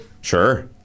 Sure